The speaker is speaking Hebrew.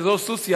באזור סוסיא,